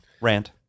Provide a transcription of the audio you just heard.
Rant